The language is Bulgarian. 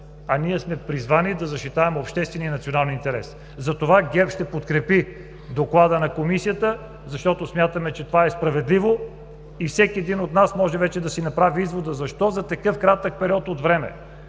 а ние сме призвани да защитаваме обществения и национален интерес. Затова ГЕРБ ще подкрепи доклада на Комисията, защото смятаме, че това е справедливо и всеки от нас може вече да си направи извода: защо за такъв кратък период от време